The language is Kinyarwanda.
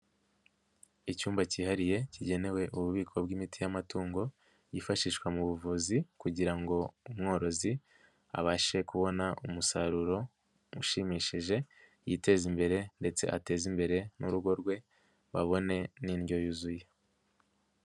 Icyumba cyihariye kigenewe ububiko bw'imiti y'amatungo, yifashishwa mu buvuzi kugira ngo umworozi abashe kubona umusaruro ushimishije, yiteze imbere ndetse ateze imbere n'urugo rwe babone n'indyo yuzuye.